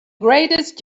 greatest